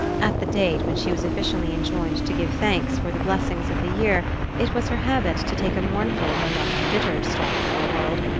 at the date when she was officially enjoined to give thanks for the blessings of the year it was her habit to take a mournful though not embittered stock of her world,